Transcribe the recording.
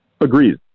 agrees